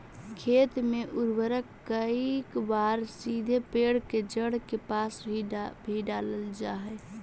खेत में उर्वरक कईक बार सीधे पेड़ के जड़ के पास भी डालल जा हइ